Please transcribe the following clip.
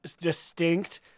distinct